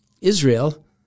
Israel